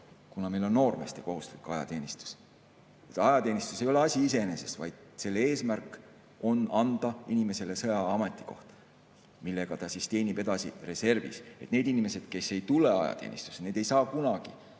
kuna meil on noormeestel kohustuslik ajateenistus. Ajateenistus ei ole asi iseeneses, vaid selle eesmärk on anda inimesele sõjaaja ametikoht, millega ta teenib edasi reservis. Need inimesed, kes ei tule ajateenistusse, ei saa kunagi